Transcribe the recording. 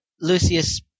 Lucius